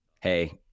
Hey